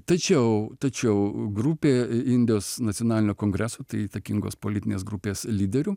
tačiau tačiau grupė indijos nacionalinio kongreso tai įtakingos politinės grupės lyderių